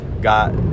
got